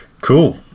Cool